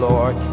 Lord